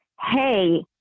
hey